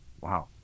Wow